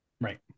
Right